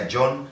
John